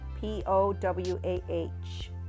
p-o-w-a-h